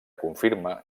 confirma